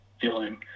feeling